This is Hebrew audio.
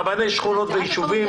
רבני שכונות ויישובים,